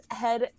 head